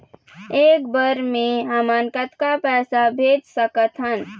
एक बर मे हमन कतका पैसा भेज सकत हन?